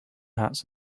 hats